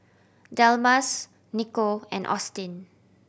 Delmas Nikko and Austyn